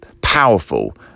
powerful